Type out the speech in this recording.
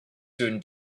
soon